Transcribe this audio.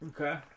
okay